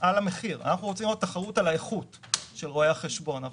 על מדינות שיש לנו סטנדרט בהשוואת דין משווה: ארצות הברית,